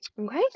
Okay